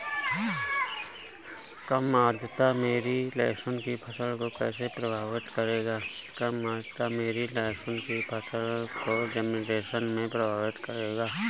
कम आर्द्रता मेरी लहसुन की फसल को कैसे प्रभावित करेगा?